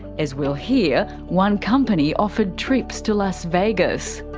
as we'll hear, one company offered trips to las vegas.